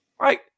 Right